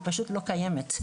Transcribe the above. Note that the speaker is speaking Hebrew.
היא פשוט לא קיימת.